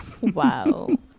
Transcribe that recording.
Wow